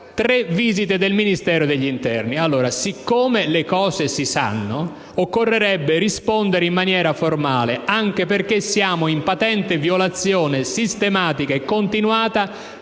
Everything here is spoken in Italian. tre visite del Ministero dell' interno. Siccome le cose si sanno, occorrerebbe rispondere in maniera formale, anche perché siamo in patente violazione, sistematica e continuata,